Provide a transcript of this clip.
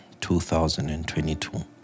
2022